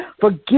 Forgive